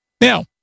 Now